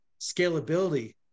scalability